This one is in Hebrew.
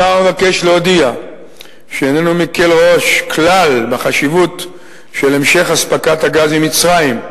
השר מבקש להודיע שאיננו מקל ראש כלל בחשיבות של המשך אספקת הגז ממצרים,